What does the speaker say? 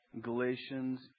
Galatians